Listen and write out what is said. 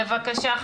בבקשה,